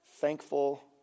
Thankful